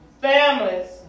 Families